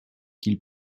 qu’il